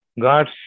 God's